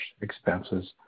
expenses